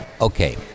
Okay